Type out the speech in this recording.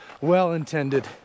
well-intended